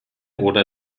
oder